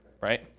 right